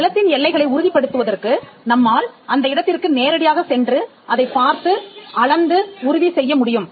நிலத்தின் எல்லைகளை உறுதிப்படுத்துவதற்கு நம்மால் அந்த இடத்திற்கு நேரடியாக சென்று அதைப்பார்த்து அளந்து உறுதி செய்ய முடியும்